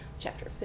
chapter